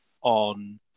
on